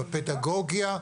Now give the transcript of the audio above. בפדגוגיה,